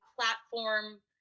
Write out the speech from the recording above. platform